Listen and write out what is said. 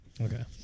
Okay